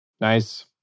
Nice